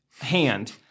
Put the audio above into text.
hand